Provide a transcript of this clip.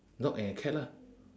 dog and cat lah